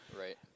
Right